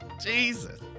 Jesus